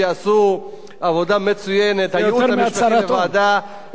שעשו עבודה מצוינת: היועצת המשפטית לוועדה,